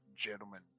gentlemen